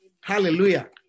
hallelujah